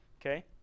okay